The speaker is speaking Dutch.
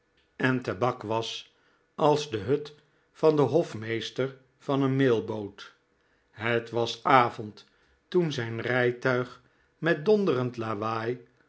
en tabak was als de hut van den hofmeester van een mailboot het was avond toen zijn rijtuig met donderend lawaai